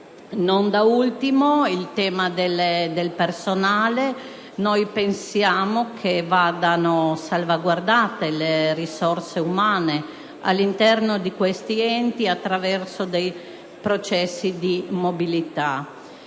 Non da ultimo vi è il tema del personale. Pensiamo che vadano salvaguardate le risorse umane all'interno di questi enti attraverso processi di mobilità.